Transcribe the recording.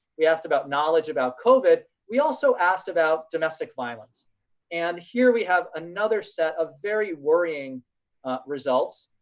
we asked about knowledge about covid. we also asked about domestic violence and here we have another set of very worrying results.